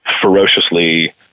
ferociously